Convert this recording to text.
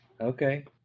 Okay